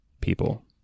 people